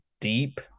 deep